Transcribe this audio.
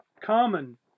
common